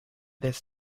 this